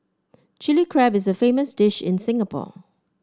Chilli Crab is a famous dish in Singapore